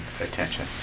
attention